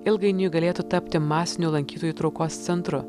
ilgainiui galėtų tapti masiniu lankytojų traukos centru